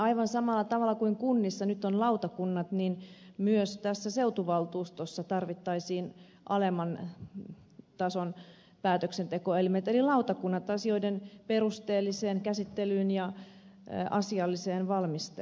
aivan samalla tavalla kuin kunnissa nyt on lautakunnat myös tässä seutuvaltuustossa tarvittaisiin alemman tason päätöksentekoelimet eli lautakunnat asioiden perusteelliseen käsittelyyn ja asialliseen valmisteluun